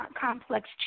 complex